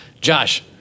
Josh